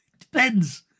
Depends